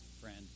friend